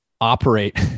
operate